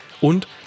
und